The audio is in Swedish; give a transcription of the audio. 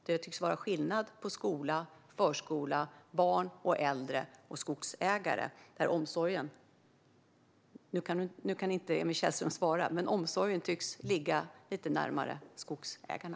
Det tycks vara skillnad på skola, förskola, barn och äldre och skogsägare. Nu kan inte Emil Källström svara. Men omsorgen tycks ligga lite närmare skogsägarna.